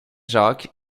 jacques